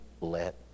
let